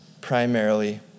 primarily